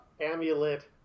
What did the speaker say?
amulet